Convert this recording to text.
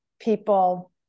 people